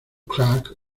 crack